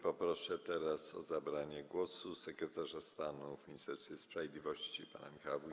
Poproszę teraz o zabranie głosu sekretarza stanu w Ministerstwie Sprawiedliwości pana Michała Wójcika.